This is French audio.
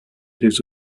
des